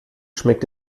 schmeckt